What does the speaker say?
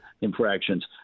infractions